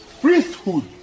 Priesthood